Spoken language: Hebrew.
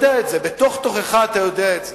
ובתוך תוכך אתה יודע את זה,